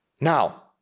Now